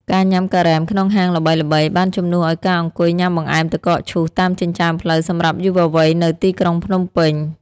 ការញ៉ាំការ៉េមក្នុងហាងល្បីៗ បានជំនួសឱ្យការអង្គុយញ៉ាំបង្អែមទឹកកកឈូសតាមចិញ្ចើមផ្លូវសម្រាប់យុវវ័យនៅទីក្រុងភ្នំពេញ។